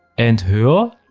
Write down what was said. and here,